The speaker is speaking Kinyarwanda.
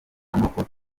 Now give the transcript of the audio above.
amoko